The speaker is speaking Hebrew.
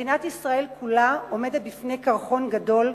מדינת ישראל כולה עומדת בפני קרחון גדול.